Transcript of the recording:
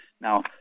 Now